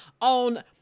on